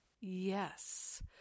Yes